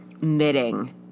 knitting